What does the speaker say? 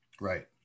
Right